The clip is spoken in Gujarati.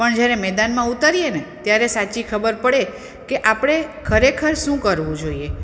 પણ જ્યારે મેદાનમાં ઊતરીએ ને ત્યારે સાચી ખબર પડે કે આપણે ખરેખર શું કરવું જોઈએ